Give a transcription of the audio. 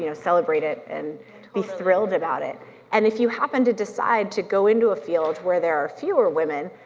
you know celebrate it and be thrilled about it and if you happen to decide to go into a field where there are fewer women,